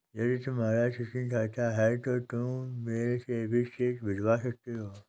यदि तुम्हारा चेकिंग खाता है तो तुम मेल से भी चेक भिजवा सकते हो